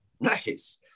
Nice